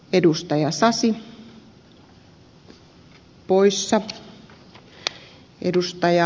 edustaja puolin riippumattomana